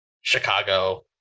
Chicago